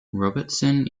robertson